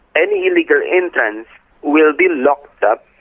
any illegal entrants will be locked up.